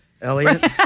Elliot